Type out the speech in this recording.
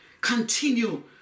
continue